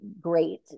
great